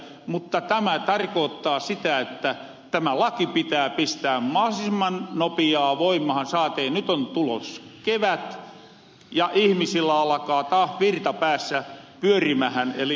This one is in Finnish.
mutta tämä tarkoottaa sitä että tämä laki pitää pistää mahdollisimman nopiaa voimahan saatei nyt on tuloos kevät ja ihmisillä alakaa taas virta päässä pyörimähän eli